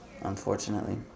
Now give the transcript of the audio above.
Unfortunately